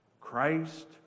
Christ